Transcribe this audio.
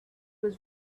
was